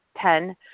Ten